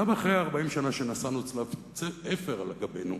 גם אחרי 40 שנה שנשאנו צלב אפר על גבנו,